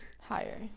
Higher